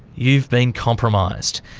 you've been compromised.